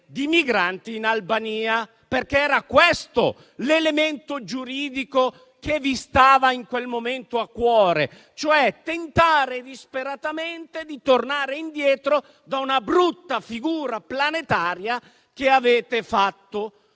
di migranti in Albania, perché era questo l'elemento giuridico che vi stava in quel momento a cuore, cioè tentare disperatamente di tornare indietro da una brutta figura planetaria che avete fatto.